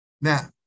Now